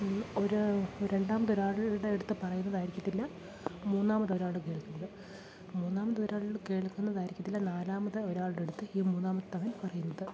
ഒരാൾ രണ്ടാമതൊരാളുടെ അടുത്ത് പറയുന്നതായിരിക്കത്തില്ല മൂന്നാമതൊരാള് കേൾക്കുന്നത് മൂന്നാമതൊരാൾ കേൾക്കുന്നതായിരിക്കത്തില്ല നാലാമത് ഒരാളുടെയടുത്ത് ഈ മൂന്നാമത്തവൻ പറയുന്നത്